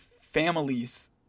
families